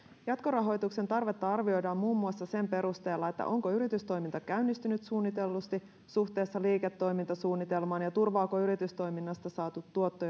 jatkorahoituksen tarvetta arvioidaan muun muassa sen perusteella onko yritystoiminta käynnistynyt suunnitellusti suhteessa liiketoimintasuunnitelmaan ja turvaako yritystoiminnasta saatu tuotto